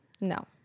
no